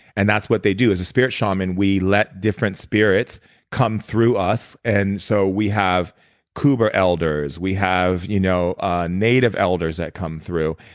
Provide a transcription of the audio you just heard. and that's what they do. as a spirit shaman we let different spirits come through us. and so we have kuba elders. we have you know ah native elders that come through.